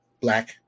black